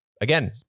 again